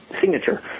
Signature